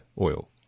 oil